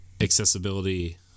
accessibility